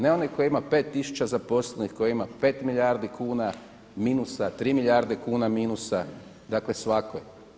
Ne onaj koji ima 5000 zaposlenih, koji ima 5 milijardi kuna, minusa 3 milijarde kuna minusa, dakle svakoj.